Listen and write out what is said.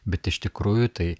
bet iš tikrųjų tai